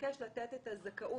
ומתעקש לתת את הזכאות.